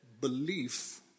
belief